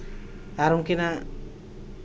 ᱟᱨ ᱩᱱᱠᱤᱱᱟᱜ